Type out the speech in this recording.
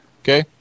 Okay